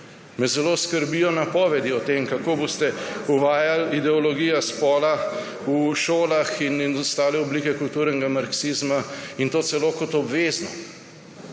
me zelo skrbijo napovedi o tem, kako boste uvajali ideologijo spola v šolah in ostale oblike kulturnega marksizma, in to celo kot obvezno.